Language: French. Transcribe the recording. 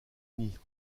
nid